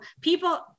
people